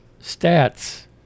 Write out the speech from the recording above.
stats